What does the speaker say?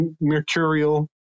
mercurial